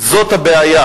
זאת הבעיה,